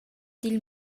dil